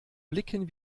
blicken